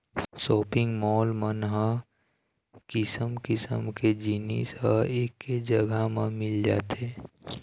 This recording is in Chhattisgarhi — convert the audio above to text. सॉपिंग माल मन ह किसम किसम के जिनिस ह एके जघा म मिल जाथे